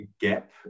gap